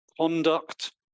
conduct